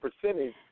percentage